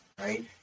right